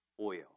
oil